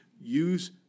Use